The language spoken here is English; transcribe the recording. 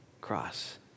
cross